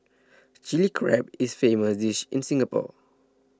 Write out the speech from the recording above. Chilli Crab is a famous dish in Singapore